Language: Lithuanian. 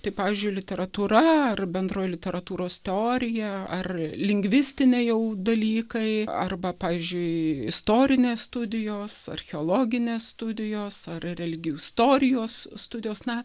tai pavyzdžiui literatūra ar bendroji literatūros teorija ar lingvistinė jau dalykai arba pavyzdžiui istorinės studijos archeologinės studijos ar religijų istorijos studijos na